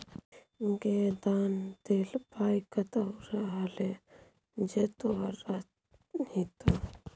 गै दान देल पाय कतहु रहलै जे तोहर रहितौ